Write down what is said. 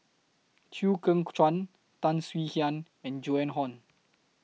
Chew Kheng Chuan Tan Swie Hian and Joan Hon